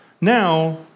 Now